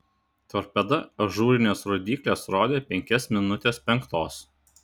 torpeda ažūrinės rodyklės rodė penkias minutes penktos